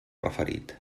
referit